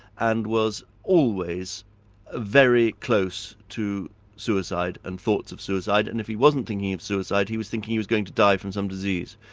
and was always very close to suicide, and thoughts of suicide, and if he wasn't thinking of suicide, he was thinking he was going to die from some disease.